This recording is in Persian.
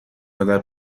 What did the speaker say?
مادر